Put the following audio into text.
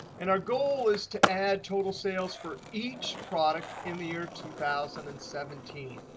and our goal is to add total sales for each product in the year two thousand and seventeen.